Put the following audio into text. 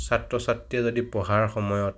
ছাত্ৰ ছাত্ৰীয়ে যদি পঢ়াৰ সময়ত